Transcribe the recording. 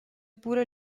pure